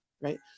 right